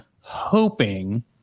hoping